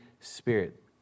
Spirit